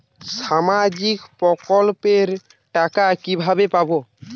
সামাজিক প্রকল্পের টাকা কিভাবে পাব?